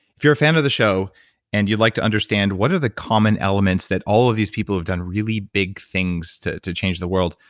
if you're a fan of the show and you'd like to understand what are the common elements that all of these people who have done really big things to to change the world.